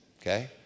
okay